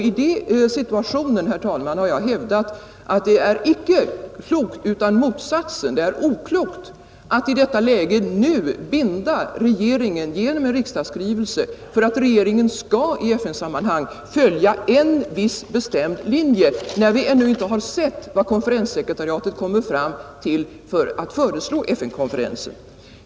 I den situationen, herr talman, har jag hävdat att det icke är klokt, utan motsatsen — är oklokt — att i detta läge nu binda regeringen genom en riksdagsskrivelse för att regeringen skall i FN-sammanhang följa en viss bestämd linje, när vi ännu inte har sett vad konferenssekretariatet kommer fram till att föreslå FN-konferensen.